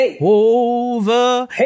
over